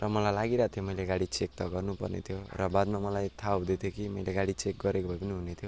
र मलाई लागिरहेको थियो मैले गाडी चेक त गर्नु पर्ने थियो र बादमा मलाई थाहा हुँदै थियो कि मैले गाडी चेक गरेको भए पनि हुने थियो